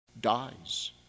dies